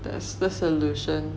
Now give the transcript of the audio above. there's the solution